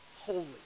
holy